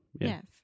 yes